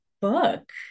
book